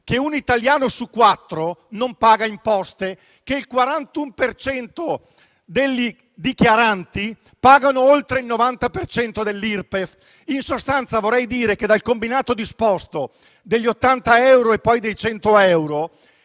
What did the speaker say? che un italiano su quattro non paga imposte e che il 41 per cento dei dichiaranti pagano oltre il 90 per cento dell'IRPEF. In sostanza, vorrei dire che, dal combinato disposto degli 80 euro e poi dei 100 euro,